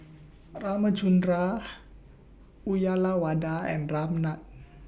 Ramchundra Uyyalawada and Ramnath